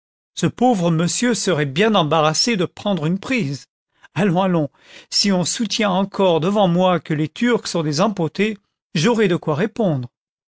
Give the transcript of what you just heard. ce pauvre monsieur serait bien embarrassé de prendre une prise allons allons si on soutient encore devant moi que les turcs sont des empotés j'aurai de quoi répondre